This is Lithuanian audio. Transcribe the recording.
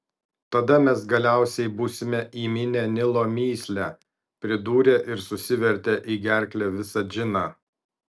tada mes galiausiai būsime įminę nilo mįslę pridūrė ir susivertė į gerklę visą džiną